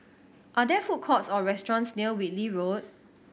are there food courts or restaurants near Whitley Road